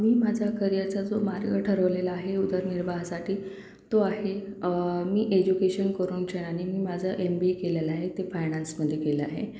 मी माझा करिअरचा जो मार्ग ठरवलेला आहे उदरनिर्वाहासाठी तो आहे मी एजुकेशन करून शण्यानी मी माझा एम बी ए केलेलं आहे ते फायनान्समध्ये केलं आहे